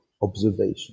observation